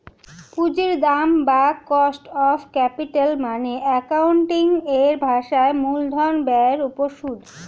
পুঁজির দাম বা কস্ট অফ ক্যাপিটাল মানে অ্যাকাউন্টিং এর ভাষায় মূলধন ব্যয়ের উপর সুদ